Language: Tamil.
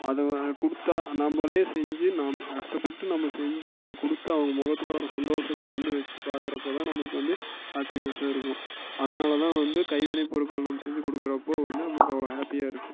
அதை கொடுத்தா நம்மளே செஞ்சு நாம் கஷ்டப்பட்டு நம்ம செஞ்சு அதை கொடுத்து அவங்க முகத்தில் வர்ற சந்தோசத்தை வந்து வச்சு பார்க்குறப்ப தான் நமக்கு வந்து ஹேப்பினஸ் இருக்கும் அதனால் தான் வந்து கைவினை பொருட்கள் நம்ம செஞ்சு கொடுக்குறப்போ வந்து நமக்கு அவ்வளோ ஹேப்பியாக இருக்குது